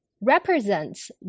represents